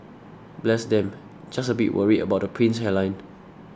bless them just a bit worried about the prince's hairline